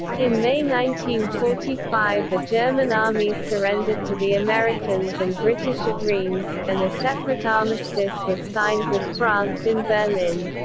in may one forty five the german armies surrendered to the americans and british at rheims, and a separate armistice was signed with france in berlin.